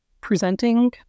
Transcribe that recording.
presenting